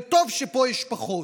וטוב שפה יש פחות.